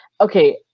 Okay